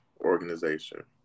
organization